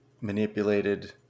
manipulated